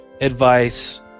advice